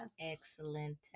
Excellent